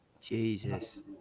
Jesus